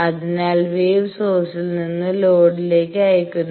അതിനാൽ വേവ് സോഴ്സിൽ നിന്ന് ലോഡിലേക്ക് അയയ്ക്കുന്നു